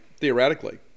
theoretically